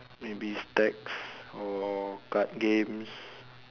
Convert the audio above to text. maybe stacks or card games